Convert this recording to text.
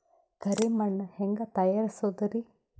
ಕರಿ ಮಣ್ ಹೆಂಗ್ ತಯಾರಸೋದರಿ?